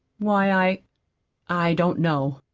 why, i i don't know.